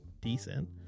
decent